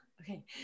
okay